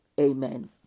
Amen